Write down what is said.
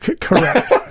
Correct